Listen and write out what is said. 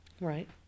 Right